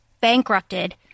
bankrupted